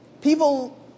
people